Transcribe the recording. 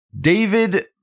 David